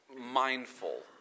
mindful